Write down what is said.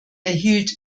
erhielt